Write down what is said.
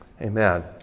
amen